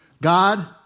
God